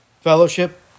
Fellowship